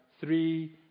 three